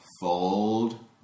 fold